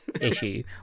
issue